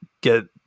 get